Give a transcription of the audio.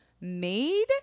made